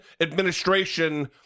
administration